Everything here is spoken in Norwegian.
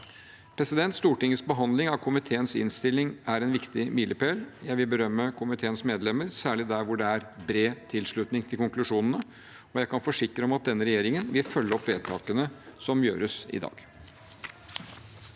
dem. Stortingets behandling av komiteens innstilling er en viktig milepæl. Jeg vil berømme komiteens medlemmer, særlig der hvor det er bred tilslutning til konklusjonene. Jeg kan forsikre om at denne regjeringen vil følge opp vedtakene som gjøres i dag.